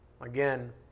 Again